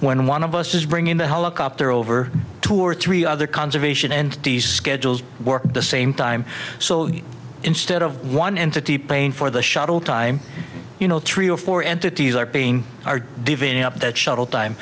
when one of us is bringing the helicopter over two or three other conservation and schedules work the same time so instead of one entity paying for the shuttle time you know three or four entities are paying are divvying up that shuttle time